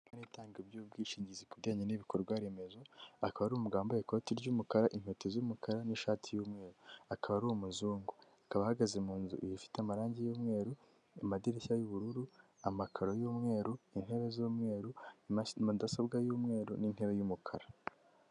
Iyi itanga by’ubwishingizi ku bijyanye n’ibikorwa remezo, akaba ari umugabo wambaye ikoti ry’umukara, inkweto z’umukara, n’ishati y’umweru. Akaba ari Umuzungu, akaba ahagaze mu nzu ifite amarangi y’umweru, mu madirishya y’ubururu, amakaro y’umweru, intebe z’umweru, mudasobwa y’umweru, n’intebe y’umukara.